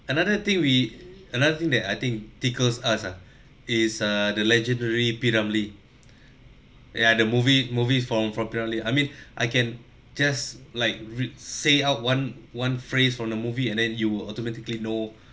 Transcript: another thing we another thing that I think ah is the legendary P ramlee ya the movie movie from from P ramlee I mean I can just like read say out one one phrase from the movie and then you will automatically no